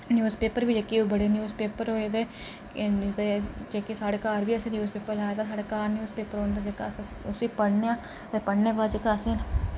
news paper बी जेह्के ओह् बड़े न्यूज पेपर होई दे ते जेह्के साढ़े घर बी असें न्यूज पेपर लाए दा साढ़े घर न्यूज पेपर औंदा जेह्का अस उसी पढ़नेआं ते पढ़ने बाद जेह्का असें